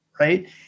right